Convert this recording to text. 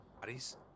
Bodies